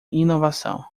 inovação